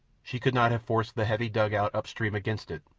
she could not have forced the heavy dugout up-stream against it,